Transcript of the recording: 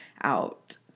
out